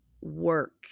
work